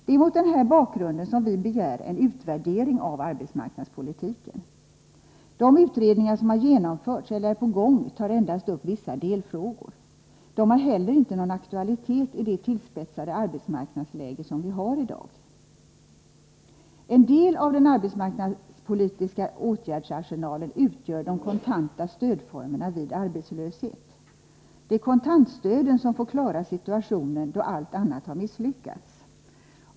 Det är mot den här bakgrunden som vi begär en utvärdering av arbetsmarknadspolitiken. De utredningar som har genomförts eller är på gång tar endast upp vissa delfrågor. De har inte heller någon aktualitet i det tillspetsade arbetsmarknadsläge som vi i dag har. En del av den arbetsmarknadspolitiska åtgärdsarsenalen utgör de kontanta stödformerna vid arbetslöshet. Det är kontantstöden som får klara situationen då allt annat har misslyckats.